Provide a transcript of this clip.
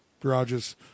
garages